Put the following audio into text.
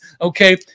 Okay